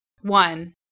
one